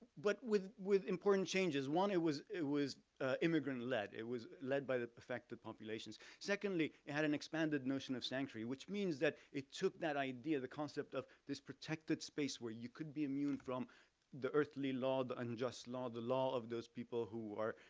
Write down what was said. but with with important changes, one, it was it was ah immigrant-led. it was led by the affected populations. secondly, it had an expanded notion of sanctuary, which means that it took that idea, the concept of this protected space where you could be immune from the earthly law, the unjust law, the law of those people who are,